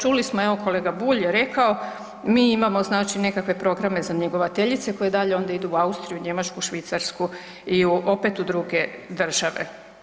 Čuli smo evo kolega Bulj je rekao, mi imamo nekakve programe za njegovateljice koje dalje onda idu u Austriju, Njemačku, Švicarsku i opet u druge države.